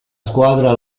squadra